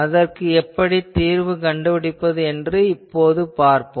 அதற்கு எப்படி தீர்வு கண்டுபிடிப்பது என்று இப்போது பார்ப்போம்